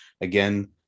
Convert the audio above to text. again